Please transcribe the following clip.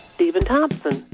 stephen thompson.